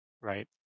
right